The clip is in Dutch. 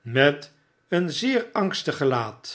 met een zeer angstig gelaat